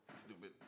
Stupid